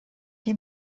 die